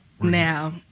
Now